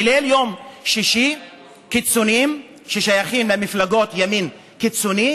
בליל יום שישי קיצונים ששייכים למפלגות ימין קיצוני